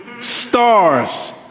stars